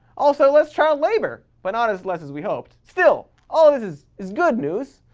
also less child labor, but not as less as we hoped. still, all of this is is good news,